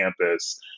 campus